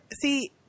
see